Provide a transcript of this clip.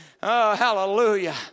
hallelujah